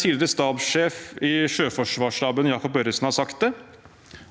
tidligere stabssjef i Sjøforsvarsstaben, har sagt det: